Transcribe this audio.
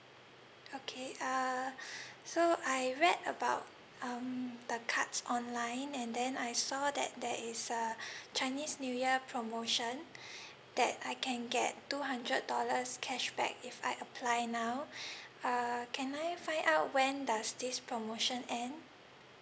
okay uh so I read about um the cards online and then I saw that there is a chinese new year promotion that I can get two hundred dollars cashback if I apply now uh can I find out when does this promotion end